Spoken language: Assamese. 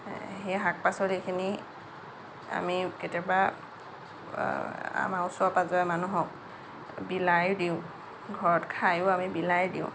সেই শাক পাচলিখিনি আমি কেতিয়াবা আমাৰ ওচৰে পাজৰে মানুহক বিলায়ো দিওঁ ঘৰত খাইয়ো আমি বিলাই দিওঁ